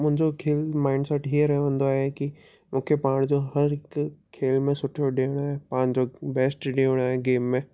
मुंहिंजो खेल mind set हीअं रहंदो आहे की मूंखे पाण जो हर हिकु खेल में सुठो ॾियणो आहे पंहिंजो बेस्ट ॾियणो आहे गेम में